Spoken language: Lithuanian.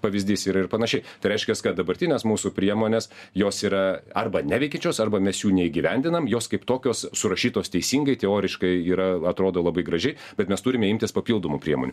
pavyzdys yra ir panašiai tai reiškias kad dabartinės mūsų priemonės jos yra arba neveikiančios arba mes jų neįgyvendinam jos kaip tokios surašytos teisingai teoriškai yra atrodo labai gražiai bet mes turime imtis papildomų priemonių